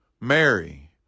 Mary